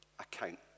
Account